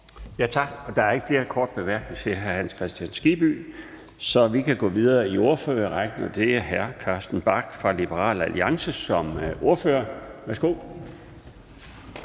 Tak. Der er ikke flere korte bemærkninger til hr. Hans Kristian Skibby, så vi kan gå videre i ordførerrækken, og nu er det hr. Carsten Bach fra Liberal Alliance som ordfører. Værsgo.